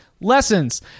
lessons